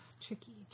Tricky